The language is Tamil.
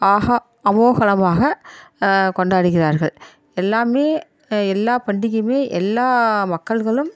ஆஹா அமோகமாக கொண்டாடுகிறார்கள் எல்லாம் எல்லாப் பண்டிகையும் எல்லா மக்கள்களும்